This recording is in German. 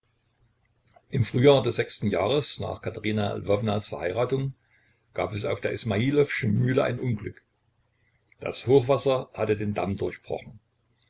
im frühjahr des sechsten jahres nach katerina lwownas verheiratung gab es auf der ismajlowschen mühle ein unglück das hochwasser hatte den damm durchbrochen